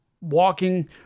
walking